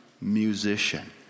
musician